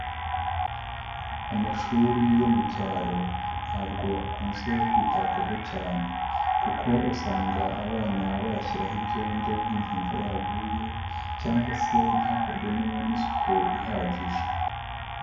Amashuri yo mu cyaro ntabwo akunze kwitabwaho cyane kuko usanga abana bayashyiraho ibyondo nk'igihe imvura yaguye cyangwa se ntihakorwemo n'isuku ihagije.